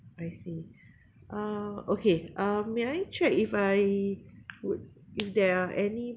I see uh okay uh may I check if I would if there are any